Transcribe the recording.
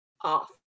off